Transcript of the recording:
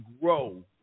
grow